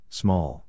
small